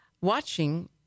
watching